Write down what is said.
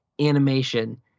animation